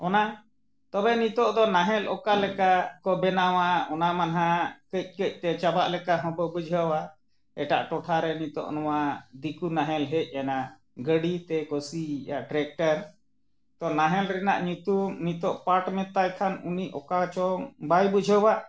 ᱚᱱᱟ ᱛᱚᱵᱮ ᱱᱤᱛᱳᱜ ᱫᱚ ᱱᱟᱦᱮᱞ ᱚᱠᱟ ᱞᱮᱠᱟ ᱠᱚ ᱵᱮᱱᱟᱣᱟ ᱚᱱᱟ ᱢᱟ ᱱᱟᱜ ᱠᱟᱹᱡ ᱠᱟᱹᱡᱛᱮ ᱪᱟᱵᱟᱜ ᱞᱮᱠᱟ ᱦᱚᱸ ᱵᱚ ᱵᱩᱡᱷᱟᱹᱣᱟ ᱮᱴᱟᱜ ᱴᱚᱴᱷᱟ ᱨᱮ ᱱᱤᱛᱳᱜ ᱱᱚᱣᱟ ᱫᱤᱠᱩ ᱱᱟᱦᱮᱞ ᱦᱮᱡ ᱮᱱᱟ ᱜᱟᱹᱰᱤ ᱛᱮᱠᱚ ᱥᱤᱭᱮᱜᱼᱟ ᱴᱨᱮᱠᱴᱟᱨ ᱛᱚ ᱱᱟᱦᱮᱞ ᱨᱮᱱᱟᱜ ᱧᱩᱛᱩᱢ ᱱᱤᱛᱳᱜ ᱯᱟᱴ ᱢᱮᱛᱟᱭ ᱠᱷᱟᱱ ᱩᱱᱤ ᱚᱠᱟᱪᱚᱝ ᱵᱟᱭ ᱵᱩᱡᱷᱟᱹᱣᱟ